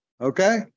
okay